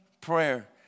prayer